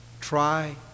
Try